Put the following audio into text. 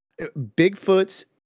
Bigfoot's